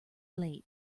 late